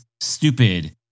stupid